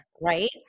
right